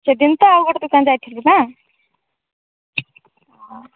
ସେ ଦିନ ତ ଆଉ ଗୋଟେ ଦୋକାନ ଯାଇଥିଲୁ ନା